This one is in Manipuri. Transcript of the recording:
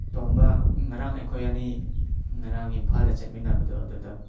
ꯇꯣꯝꯕ ꯉꯔꯥꯡ ꯑꯩꯈꯣꯏ ꯑꯅꯤ ꯉꯔꯥꯡ ꯏꯝꯐꯥꯜꯗ ꯆꯠꯃꯤꯟꯅꯕꯗꯨ ꯑꯗꯨꯗ